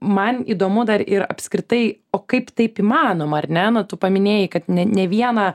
man įdomu dar ir apskritai o kaip taip įmanoma ar ne nu tu paminėjai kad ne ne vieną